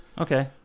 Okay